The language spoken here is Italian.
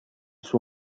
suo